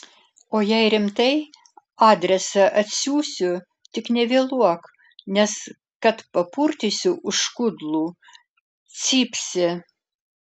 o jei rimtai adresą atsiųsiu tik nevėluok nes kad papurtysiu už kudlų cypsi